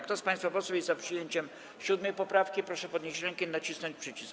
Kto z państwa posłów jest za przyjęciem 7. poprawki, proszę podnieść rękę i nacisnąć przycisk.